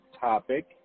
topic